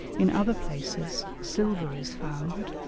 in other places silver is found,